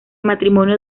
matrimonio